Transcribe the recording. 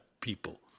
people